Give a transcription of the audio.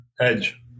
Edge